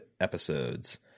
episodes